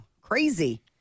Crazy